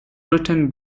written